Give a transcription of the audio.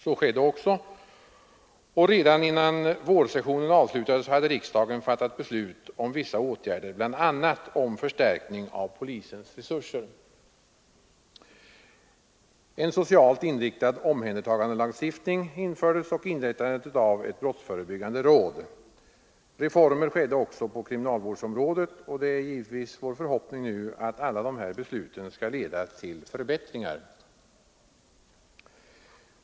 Så skedde också, och redan innan vårsessionen avslutades hade riksdagen fattat beslut om vissa åtgärder, bl.a. om förstärkning av polisens resurser. En socialt inriktad omhändertagandelagstiftning infördes, och ett brottsförebyggande råd inrättades. Reformer skedde också på kriminalvårdsområdet. Det är givetvis vår förhoppning att alla de här besluten skall leda till förbättringar.